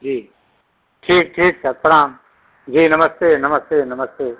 जी ठीक ठीक सर प्रणाम जी नमस्ते नमस्ते नमस्ते